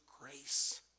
grace